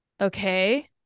okay